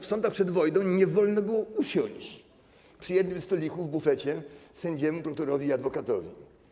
W sądach przed wojną nie wolno było usiąść przy jednym stoliku w bufecie sędziemu, prokuratorowi i adwokatowi.